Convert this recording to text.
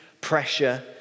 pressure